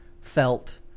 felt